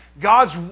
God's